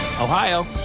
Ohio